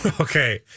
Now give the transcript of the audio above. Okay